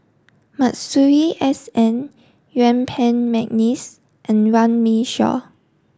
Masuri S N Yuen Peng McNeice and Runme Shaw